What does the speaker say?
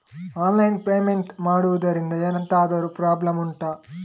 online payment ಮಾಡುದ್ರಿಂದ ಎಂತಾದ್ರೂ problem ಉಂಟಾ